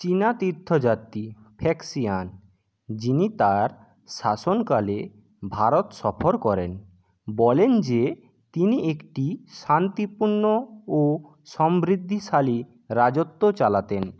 চীনা তীর্থযাত্রী ফ্যাক্সিয়ান যিনি তার শাসনকালে ভারত সফর করেন বলেন যে তিনি একটি শান্তিপূর্ণ ও সমৃদ্ধিশালী রাজত্ব চালাতেন